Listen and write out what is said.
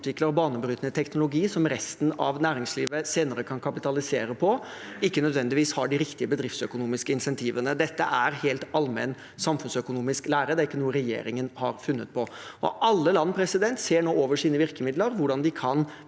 banebrytende teknologi som resten av næringslivet senere kan kapitalisere på, ikke nødvendigvis har de riktige bedriftsøkonomiske insentivene. Dette er helt allmenn samfunnsøkonomisk lære, det er ikke noe regjeringen har funnet på. Alle land ser nå over sine virkemidler og hvordan de kan